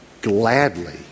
gladly